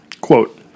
Quote